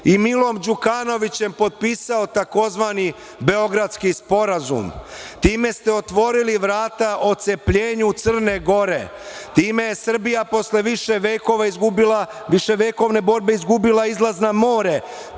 i Milom Đukanovićem potpisao tzv. Beogradski sporazum. Time ste otvorili vrata ocepljenju Crne Gore. Time je Srbija posle viševekovne borbe izgubila izlaz na more.